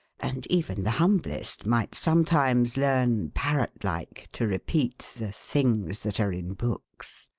and even the humblest might sometimes learn, parrot-like, to repeat the things that are in books.